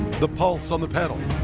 the pulse on the pedal,